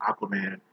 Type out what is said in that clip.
Aquaman